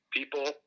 people